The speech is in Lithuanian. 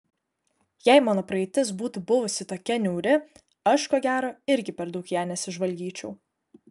jei mano praeitis būtų buvusi tokia niauri aš ko gero irgi per daug į ją nesižvalgyčiau